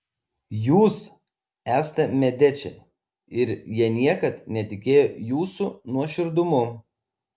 jūs esate mediči ir jie niekad netikėjo jūsų nuoširdumu